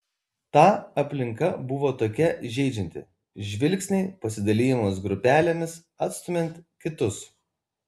ta aplinka buvo tokia žeidžianti žvilgsniai pasidalijimas grupelėmis atstumiant kitus